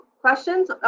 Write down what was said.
questions